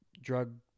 drug